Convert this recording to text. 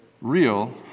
real